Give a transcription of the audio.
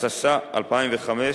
התשס"ה 2005,